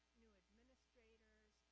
new administrators,